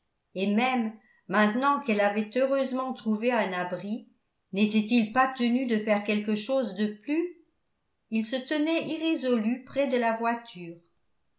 et même maintenant qu'elle avait heureusement trouvé un abri n'était-il pas tenu de faire quelque chose de plus il se tenait irrésolu près de la voiture